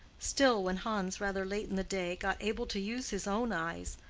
still, when hans, rather late in the day, got able to use his own eyes,